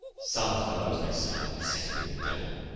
some fellows, they say, are possessed with the devil,